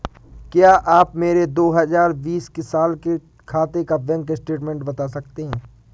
क्या आप मेरे दो हजार बीस साल के खाते का बैंक स्टेटमेंट बता सकते हैं?